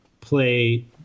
play